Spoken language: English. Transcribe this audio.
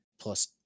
plus